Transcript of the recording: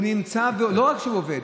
הוא נמצא, ולא רק שהוא עובד.